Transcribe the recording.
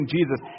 Jesus